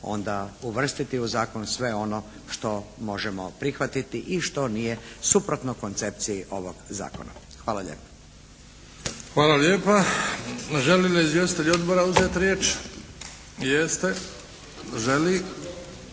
onda uvrstiti u zakon sve ono što možemo prihvatiti i što nije suprotno koncepciji ovog zakona. Hvala lijepa. **Bebić, Luka (HDZ)** Hvala lijepa. Žele li izvjestitelji odbora uzeti riječ?